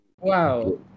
wow